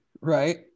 Right